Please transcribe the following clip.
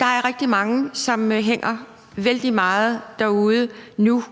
Der er rigtig mange, som hænger vældig meget derude nu,